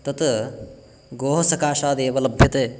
तत् गोः सकाशादेव लभ्यते